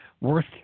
worth